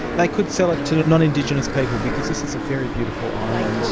they could sell it to non-indigenous people, because this is a very beautiful island,